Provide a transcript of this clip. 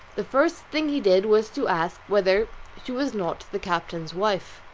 the first thing he did was to ask whether she was not the captain's wife.